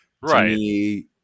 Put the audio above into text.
right